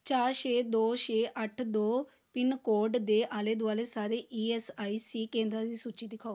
ਚਾਰ ਛੇ ਦੋ ਛੇ ਅੱਠ ਦੋ ਪਿੰਨ ਕੋਡ ਦੇ ਆਲੇ ਦੁਆਲੇ ਸਾਰੇ ਈ ਐੱਸ ਆਈ ਸੀ ਕੇਂਦਰਾਂ ਦੀ ਸੂਚੀ ਦਿਖਾਓ